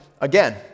again